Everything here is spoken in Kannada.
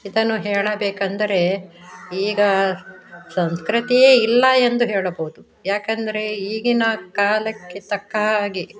ಇದನ್ನು ಹೇಳಬೇಕಂದರೆ ಈಗ ಸಂಸ್ಕೃತಿಯೇ ಇಲ್ಲ ಎಂದು ಹೇಳಬಹುದು ಯಾಕೆಂದರೆ ಈಗಿನ ಕಾಲಕ್ಕೆ ತಕ್ಕ ಹಾಗೆ